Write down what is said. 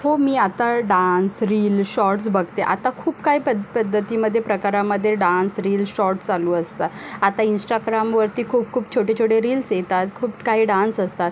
हो मी आता डान्स रील शॉर्ट्स बघते आता खूप काही पद पद्धतीमध्ये प्रकारामध्ये डान्स रिल्स शॉर्ट्स चालू असतात आता इंस्टाग्रामवरती खूप खूप छोटे छोटे रिल्स येतात खूप काही डान्स असतात